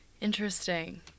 Interesting